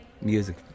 music